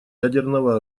ядерного